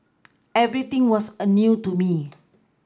everything was a new to me